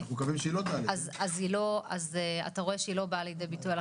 אז אתה רואה שהיא לא באה לידי ביטוי,